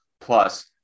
Plus